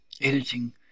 editing